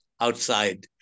outside